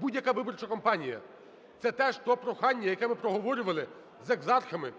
будь-яка виборча кампанія. Це теж те прохання, яке ми проговорювали з екзархами.